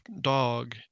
dog